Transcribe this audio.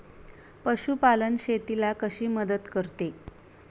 पशुपालन शेतीला कशी मदत करते?